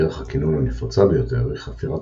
דרך הקינון הנפוצה ביותר היא חפירת